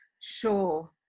Sure